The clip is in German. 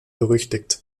berüchtigt